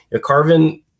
Carvin